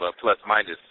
plus-minus